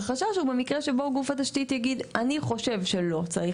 החשש הוא ממקרה שבו גוף התשתית יגיד: ״אני חושב שלא צריך